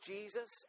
Jesus